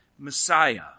messiah